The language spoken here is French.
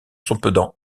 cependant